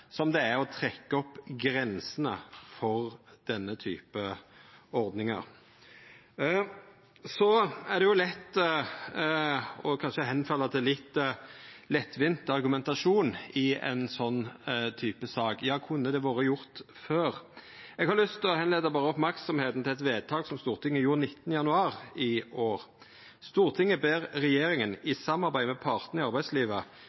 som det er å trekkja opp grensene for denne typen ordningar. Det er kanskje lett å ty til litt lettvinn argumentasjon i ein sånn type sak. Ja, kunne det ha vore gjort før? Eg har berre lyst til å gjera merksam på eit vedtak som Stortinget gjorde 19. januar i år: «Stortinget ber regjeringen i samarbeid med partene i arbeidslivet,